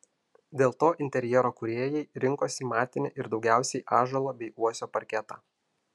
dėl to interjero kūrėjai rinkosi matinį ir daugiausiai ąžuolo bei uosio parketą